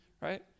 right